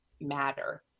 matter